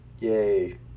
Yay